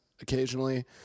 occasionally